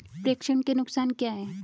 प्रेषण के नुकसान क्या हैं?